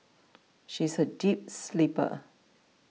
she is a deep sleeper